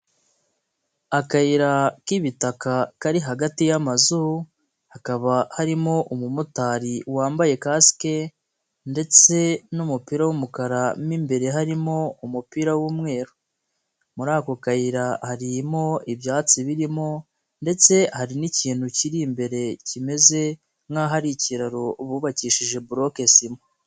Akayira k'ibitaka kari hagati y'amazu, hakaba harimo umumotari wambaye kasike, ndetse n'umupira w'umukara, imbere harimo umupira w'umweru. Muri ako kayira harimo ibyatsi birimo, ndetse hari n'ikintu kiri imbere kimeze nk'aho ari ikiraro bubakishije boloke sima.